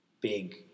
big